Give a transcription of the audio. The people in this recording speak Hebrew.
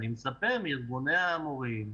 אני מצפה מארגוני המורים,